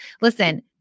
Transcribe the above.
Listen